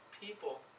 people